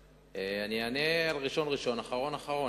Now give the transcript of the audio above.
אני אענה על ראשון ראשון ועל אחרון אחרון.